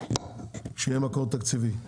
כשיהיה מקור תקציבי.